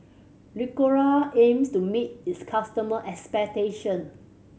ricola aims to meet its customers' expectations